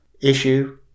issue